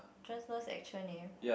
Jon Snow's actual name